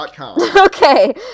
Okay